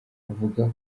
avuga